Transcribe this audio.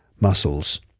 muscles